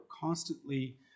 constantly